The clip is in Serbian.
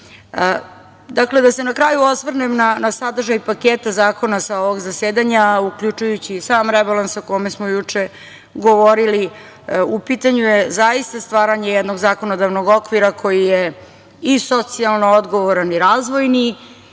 da se na kraju osvrnem na sadržaj paketa zakona sa ovog zasedanja, uključujući i sam rebalans o kome smo juče govorili. U pitanju je zaista stvaranje jednog zakonodavnog okvira, koji je i socijalno odgovoran i razvojni